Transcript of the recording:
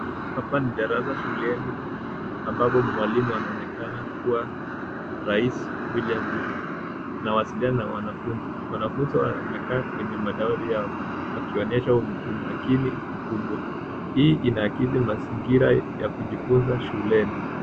Hapa ni darasa shuleni ambapo mwalimu anaonekana kuwa Rais William Ruto anawasiliana na wanafunzi. Wanafunzi wamekaa kwenye madawati yao wakionyesha umakini mkubwa. Hii inaakili mazingira ya kujifunza shuleni.